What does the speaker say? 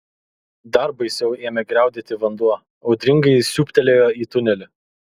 dar baisiau ėmė griaudėti vanduo audringai siūbtelėjo į tunelį